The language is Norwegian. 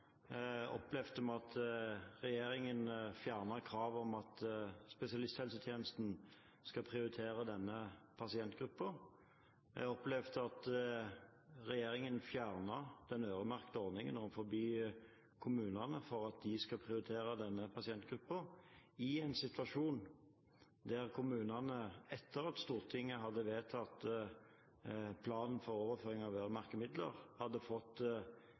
opplevde vi at regjeringen fjernet kravet om at spesialisthelsetjenesten skal prioritere denne pasientgruppen. Vi opplevde at regjeringen fjernet den øremerkede ordningen for kommunene for at de skal prioritere denne pasientgruppen – i en situasjon der kommunene, etter at Stortinget hadde vedtatt planen for overføring av øremerkede midler, hadde fått